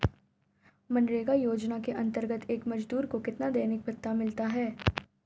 मनरेगा योजना के अंतर्गत एक मजदूर को कितना दैनिक भत्ता मिलता है?